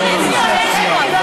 ראשון לציון,